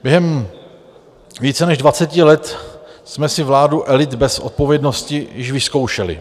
Během více než dvacet let jsme si vládu elit bez odpovědnosti již vyzkoušeli.